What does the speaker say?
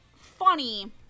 funny